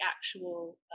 actual